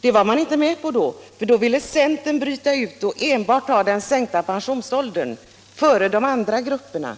Det var man då inte med på, utan centern ville bryta ut frågan om sänkt pensionsålder och ta den före pensionsfrågan